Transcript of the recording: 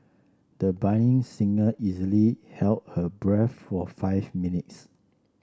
the budding singer easily held her breath for five minutes